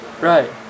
right